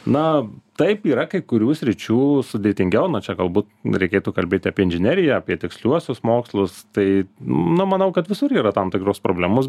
na taip yra kai kurių sričių sudėtingiau na čia galbū reikėtų kalbėti apie inžineriją apie tiksliuosius mokslus tai nu manau kad visur yra tam tikros problemos